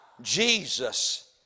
Jesus